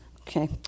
Okay